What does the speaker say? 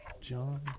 John